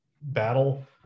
Battle